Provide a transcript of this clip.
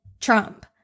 Trump